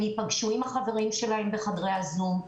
הם ייפגשו עם החברים שלהם בחדרי הזום,